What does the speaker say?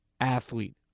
Athlete